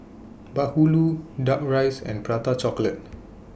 Bahulu Duck Rice and Prata Chocolate